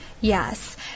Yes